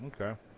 Okay